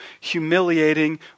humiliating